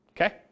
Okay